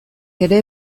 ere